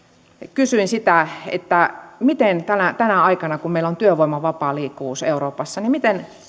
kysyin sitä miten tänä tänä aikana kun meillä on työvoiman vapaa liikkuvuus euroopassa